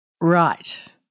Right